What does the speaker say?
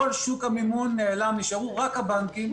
כל שוק המימון נעלם ונשארו רק הבנקים.